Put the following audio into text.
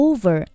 Over